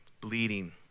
bleeding